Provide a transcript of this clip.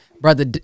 Brother